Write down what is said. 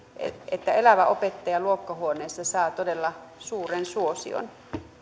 että elävä opettaja luokkahuoneessa saa todella suuren suosion